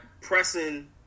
pressing